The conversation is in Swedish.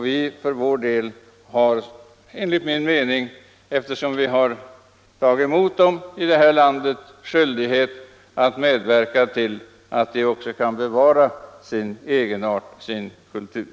Vi för vår del har enligt min mening, eftersom vi har tagit emot dem i vårt land, skyldighet att medverka till att de också kan bevara sin egenart, sin kultur.